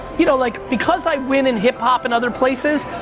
you know like because i win in hip hop and other places,